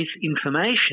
misinformation